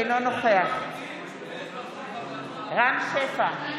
אינו נוכח רם שפע,